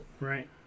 Right